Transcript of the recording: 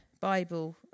Bible